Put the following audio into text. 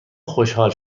خوشحال